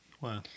Wow